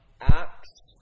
Acts